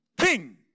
King